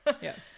Yes